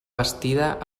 bastida